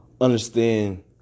understand